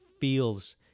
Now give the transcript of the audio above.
feels